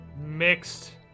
mixed